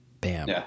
bam